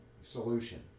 solution